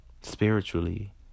spiritually